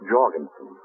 Jorgensen